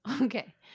Okay